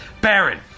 Baron